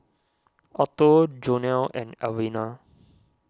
Otto Jonell and Alvena